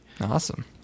Awesome